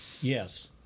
Yes